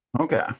Okay